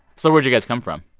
so where'd you guys come from?